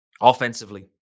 offensively